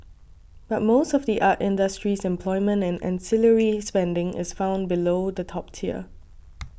but most of the art industry's employment and ancillary spending is found below the top tier